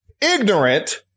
ignorant